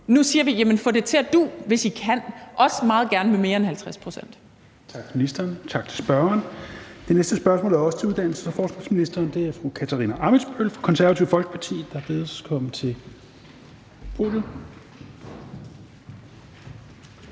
Nu siger vi: Jamen få det til at du, hvis I kan, også meget gerne med mere end 50 pct.